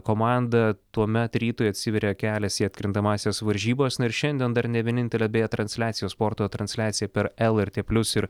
komanda tuomet rytui atsiveria kelias į atkrintamąsias varžybas na ir šiandien dar ne vienintelė beje transliacija sporto transliacija per lrt plius ir